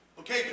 Okay